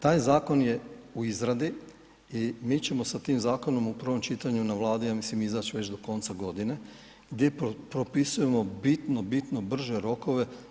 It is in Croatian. Taj zakon je u izradi i mi ćemo sa tim zakonom u prvom čitanju na Vladi ja mislim izaći već do konca godine gdje propisujemo bitno, bitno brže rokove.